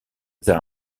they